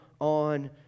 on